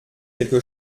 quelque